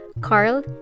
Carl